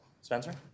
Spencer